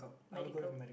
medical